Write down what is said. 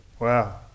Wow